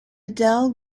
adele